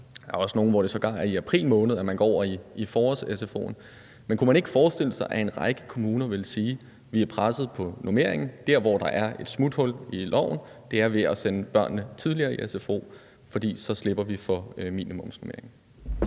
der er også nogle, hvor det sågar er i april måned, man går over i forårs-sfo'en, men kunne man ikke forestille sig, at en række kommuner ville sige, at er de presset på normeringen, og at der, hvor der er et smuthul i loven, er at sende børnene tidligere i sfo, for så slipper man for minimumsnormeringen?